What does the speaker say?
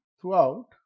throughout